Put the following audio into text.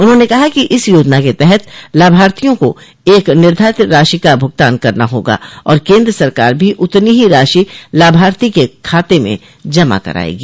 उन्होंने कहा कि इस योजना के तहत लाभार्थियों को एक निर्धारित राशि का भुगतान करना होगा और केंद्र सरकार भी उतनी ही राशि लाभार्थी के खाते में जमा कराएगी